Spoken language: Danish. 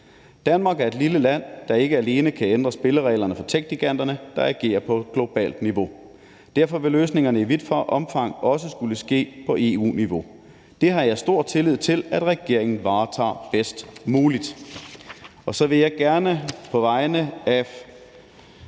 Danmark er et lille land, der ikke alene kan ændre spillereglerne for techgiganterne, der agerer på globalt niveau, og derfor vil løsningerne i vidt omfang også skulle ske på EU-niveau. Det har jeg stor tillid til at regeringen varetager bedst muligt.